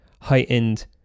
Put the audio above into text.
heightened